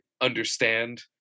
understand